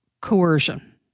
coercion